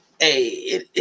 hey